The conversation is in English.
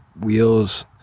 wheels